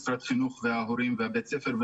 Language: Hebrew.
משרד החינוך וההורים ובית הספר,